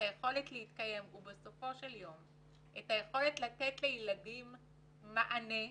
להתקיים ואת היכולת לתת לילדים מענה.